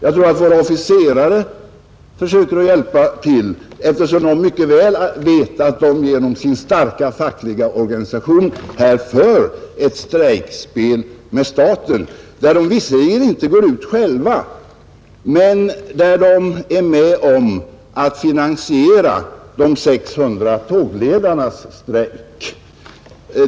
Jag tror att våra officerare försöker hjälpa till, då de mycket väl vet att de genom sin starka fackliga organisation för ett strejkspel med staten, där de visserligen inte går ut själva men är med om att finansiera de 600 tågledarnas strejk.